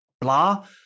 blah